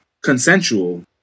consensual